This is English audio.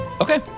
Okay